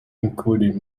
including